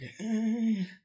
okay